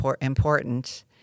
important